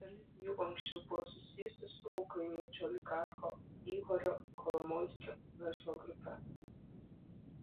dalis jų anksčiau buvo susijusios su ukrainiečių oligarcho ihorio kolomoiskio verslo grupe